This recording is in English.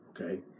okay